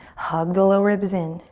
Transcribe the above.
hug the low ribs in.